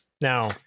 Now